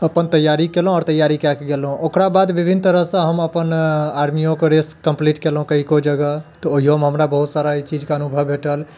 अपन तैयारी केलहुॅं आओर तैयारी कए कऽ गेलहुॅं ओकरा बाद विभिन्न तरह सँ हम अपन आर्मिओ शके रेस कंप्लीट केलहुॅं कतेको जगह तऽ ओहैयोमे हमरा बहुत सारा एहि चीजके अनुभव भेटल